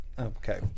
Okay